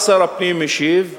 מה שר הפנים השיב?